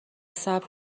صبر